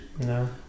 No